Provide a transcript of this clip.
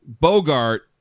bogart